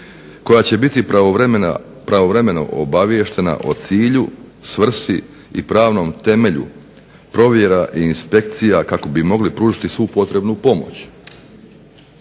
koja će biti pravovremeno obaviještena o cilju, svrsi i pravnom temelju provjera i inspekcija kako bi mogli pružiti svu potrebnu pomoć.